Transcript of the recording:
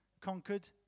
conquered